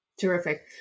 Terrific